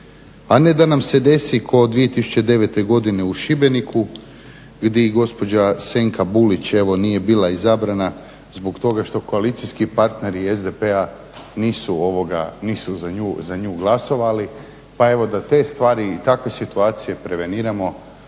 a ne da nam se desi kao 2009.godine u Šibeniku gdje gospođa Senka Bulić nije bila izabrana zbog toga što koalicijski partneri SDP-a nisu za nju glasovali. Pa evo da te stvari i takve stvari preveniramo